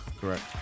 correct